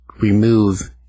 remove